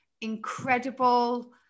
incredible